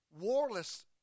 warless